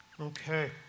Okay